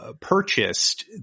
purchased